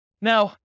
Now